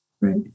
right